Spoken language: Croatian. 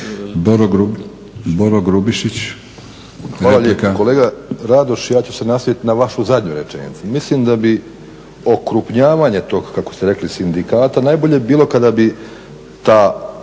Boro (HDSSB)** Hvala lijepo. Kolega Radoš, ja ću se nastavit na vašu zadnju rečenicu. Mislim da bi okrupnjavanje tog kako ste rekli sindikata, najbolje bi bilo kada bi ta